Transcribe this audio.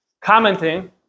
commenting